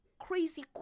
crazy